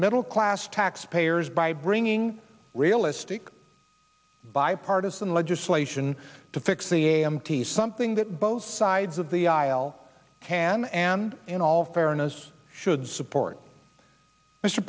middle class taxpayers by bringing realistic bipartisan legislation to fix the a m t something that both sides of the aisle can and in all fairness should support mr